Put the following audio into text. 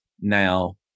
now